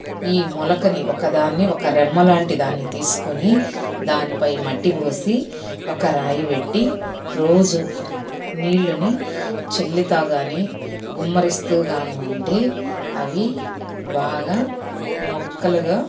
ఈ మొలకని ఒకదాన్ని ఒక రెమ్మ లాంటిదాన్ని తీసుకుని దానిపై మట్టి పోసి ఒక రాయి పెట్టి రోజూ నీళ్ళుని చిల్లితా కానీ గుమ్మరిస్తూ కానీ ఉంటే అవి బాగా మొక్కలుగా